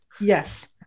Yes